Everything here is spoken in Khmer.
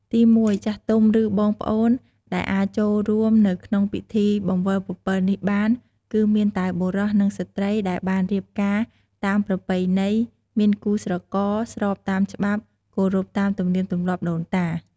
ទីមួយ ចាស់ទុំ ឬបងប្អូន ដែលអាចចូលរួមនៅក្នុងពិធីបង្វិលពពិលនេះបាន គឺមានតែបុរស និងស្រី្តដែលបានរៀបការតាមប្រពៃណីមានគូស្រករស្របតាមច្បាប់គោរពតាមទំនៀមទម្លាប់ដូនតា ។